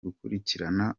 gukurikirana